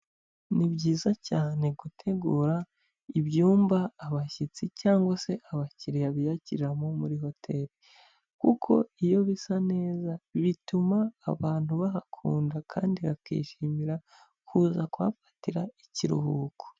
Ni byiza cyane gutegura ibyumba abashyitsi cyangwa se abakiriya biyakiriramo muri hoteri kuko iyo bisa neza bituma abantu bahakunda kandi bakishimira kuza kumfatira ikiruhuko.